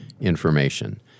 information